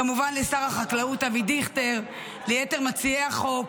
כמובן לשר החקלאות אבי דיכטר, ליתר מציעי החוק,